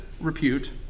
repute